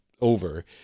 over